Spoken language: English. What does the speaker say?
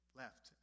left